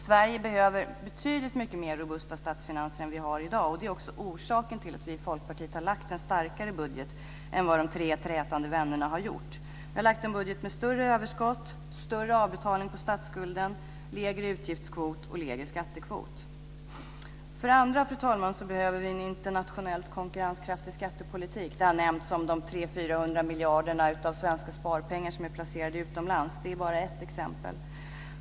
Sverige behöver betydligt mycket mer robusta statsfinanser än vad landet har i dag. Det är också orsaken till att vi från Folkpartiet har lagt fram en starkare budget än vad de tre trätande vännerna har gjort. Vi har lagt fram en budget med större överskott, större avbetalning på statsskulden, lägre utgiftskvot och lägre skattekvot. För det andra, fru talman, behöver vi en internationellt konkurrenskraftig skattepolitik. Här har nämnts de 300-400 miljarder svenska sparpengar som är placerade utomlands, och det är bara ett exempel.